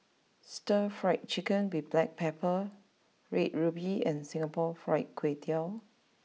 Stir Fried Chicken with Black Pepper Red ruby and Singapore Fried Kway Tiao